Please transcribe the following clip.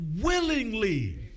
willingly